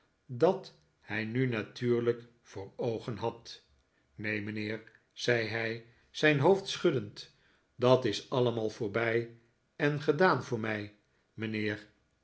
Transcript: dat hij nu natuurlijk voor oogen had neen mijnheer zei hij zijn hoofd schuddend dat is allemaal voorbij en gedaan voor mij mijnheer